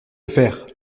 faire